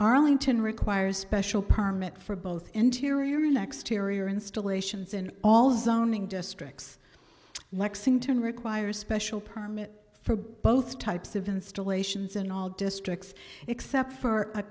arlington require a special permit for both interior annex tarrier installations in all those owning districts lexington require a special permit for both types of installations in all districts except for